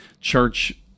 church